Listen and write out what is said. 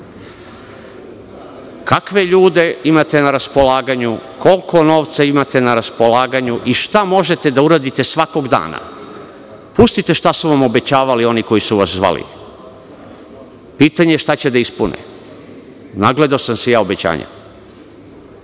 kakve ljude imate na raspolaganju, koliko novca imate na raspolaganju i šta možete da uradite svakog dana. Pustite šta su vam obećavali oni koji su vas zvali. Pitanje je šta će da ispune. Nagledao sam se ja obećanja. Drugo,